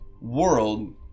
world